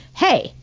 hey,